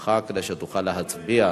למקומך כדי שתוכל להצביע.